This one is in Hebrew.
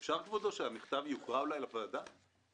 זה עניינים פנימיים של הר-טוב ולא רלוונטי